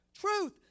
truth